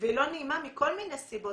והיא לא נעימה מכל מיני סיבות.